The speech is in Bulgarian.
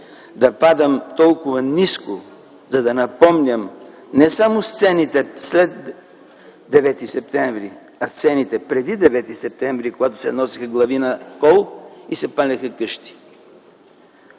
да падам толкова ниско, за да напомням не само сцените след Девети септември, а сцените преди Девети септември, когато се носеха глави на кол и се палеха къщи.